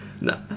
No